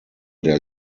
der